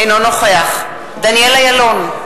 אינו נוכח דניאל אילון,